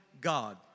God